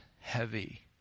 heavy